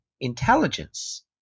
intelligence